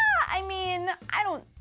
i mean. i don't.